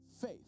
faith